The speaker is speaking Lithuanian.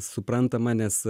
suprantama nes